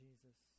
Jesus